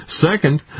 Second